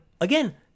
Again